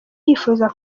yifuza